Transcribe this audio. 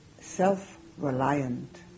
self-reliant